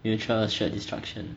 mutual assured destruction